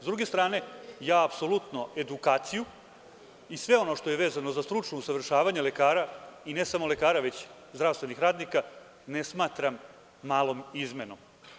S druge strane, ja apsolutno edukaciju i sve ono što je vezano za stručno usavršavanje lekara, i ne samo lekara već zdravstvenih radnika, ne smatram malom izmenom.